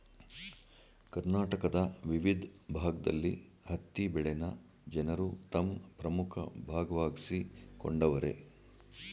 ಕರ್ನಾಟಕದ ವಿವಿದ್ ಭಾಗ್ದಲ್ಲಿ ಹತ್ತಿ ಬೆಳೆನ ಜನರು ತಮ್ ಪ್ರಮುಖ ಭಾಗವಾಗ್ಸಿಕೊಂಡವರೆ